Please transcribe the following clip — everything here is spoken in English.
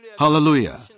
Hallelujah